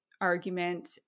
argument